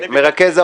אני מבקש,